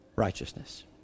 righteousness